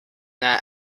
that